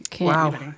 Wow